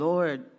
Lord